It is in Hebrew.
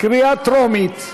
בקריאה טרומית.